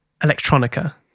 electronica